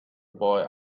boy